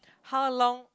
how long